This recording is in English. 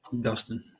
Dustin